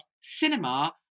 cinema